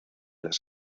las